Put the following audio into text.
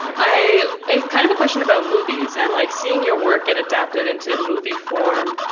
i, it's kind of a question about movies and like seeing your work get adapted into movie form.